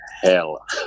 hell